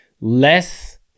less